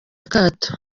akato